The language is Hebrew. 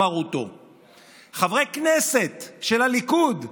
חברי הכנסת הנכבדים,